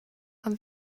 ond